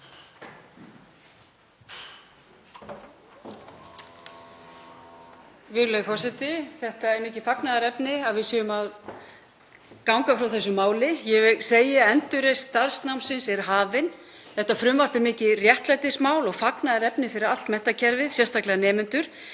Virðulegi forseti. Það er mikið fagnaðarefni að við séum að ganga frá þessu máli. Ég segi: Endurreisn starfsnámsins er hafin. Þetta frumvarp er mikið réttlætismál og fagnaðarefni fyrir allt menntakerfið, sérstaklega nemendur.